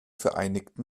vereinigten